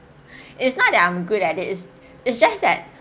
it's not that I'm good at it is it's just that